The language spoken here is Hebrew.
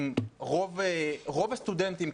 רוב הסטודנטים,